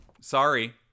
Sorry